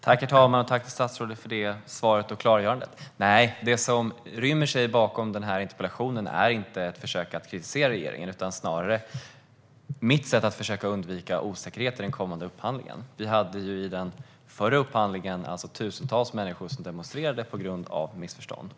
Herr talman! Jag tackar statsrådet för det svaret och klargörandet. Det som rymmer sig bakom interpellationen är inte ett försök att kritisera regeringen. Det är snarare mitt sätt att försöka undvika osäkerhet i den kommande upphandlingen. Vi hade i den förra upphandlingen tusentals människor som demonstrerade på grund av missförstånd.